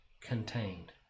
contained